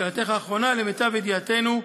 לשאלתך האחרונה, למיטב ידיעתנו,